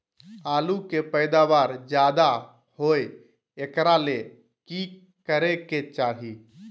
आलु के पैदावार ज्यादा होय एकरा ले की करे के चाही?